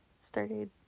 started